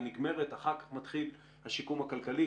היא נגמרת ואחר כך מתחיל השיקום הכלכלי.